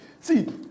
See